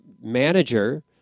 Manager